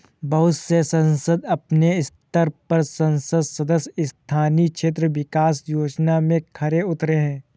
बहुत से संसद अपने स्तर पर संसद सदस्य स्थानीय क्षेत्र विकास योजना में खरे उतरे हैं